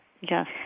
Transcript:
Yes